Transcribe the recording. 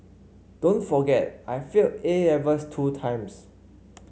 don't forget I failed A Levels two times